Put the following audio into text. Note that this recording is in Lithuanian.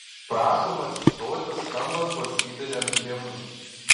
prašom atsistoti skambant valstybiniam himnui